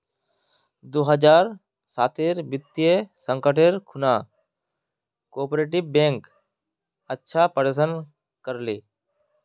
दो हज़ार साटेर वित्तीय संकटेर खुणा कोआपरेटिव बैंक अच्छा प्रदर्शन कर ले